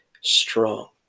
strong